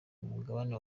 umugabane